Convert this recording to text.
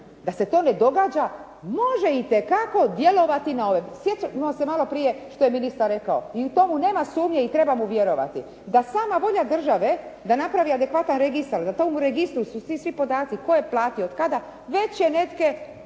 da se to ne događa. Može itekako djelovati na ovo. Sjećamo se malo prije što je ministar rekao i tomu nema sumnje i treba mu vjerovati da sama volja države da napravi adekvatan registar da u tom registru su svi podaci tko je platio, od kada, već je neke